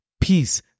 Peace